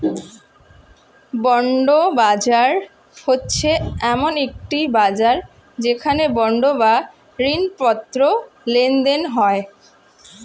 bond বাজার হচ্ছে এমন একটি বাজার যেখানে বন্ড বা ঋণপত্র লেনদেন হয়